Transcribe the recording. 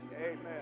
Amen